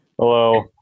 Hello